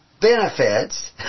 benefits